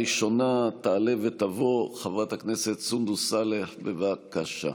ראשונה תעלה ותבוא חברת הכנסת סונדוס סאלח, בבקשה.